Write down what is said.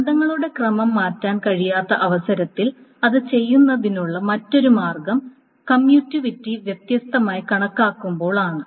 ബന്ധങ്ങളുടെ ക്രമം മാറ്റാൻ കഴിയാത്ത അവസരത്തിൽ അത് ചെയ്യുന്നതിനുള്ള മറ്റൊരു മാർഗ്ഗം കമ്മ്യൂറ്റിവിറ്റി വ്യത്യസ്തമായി കണക്കാക്കുമ്പോൾ ആണ്